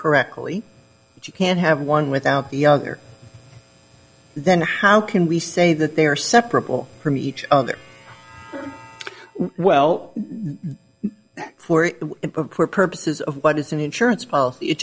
correctly you can't have one without the other then how can we say that they are separable from each other well or for purposes of what is an insurance policy it